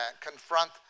Confront